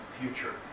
future